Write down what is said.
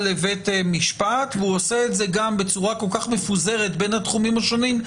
לבית משפט והוא עוד עושה את זה בצורה כל כך מפוזרת בין התחומים השונים?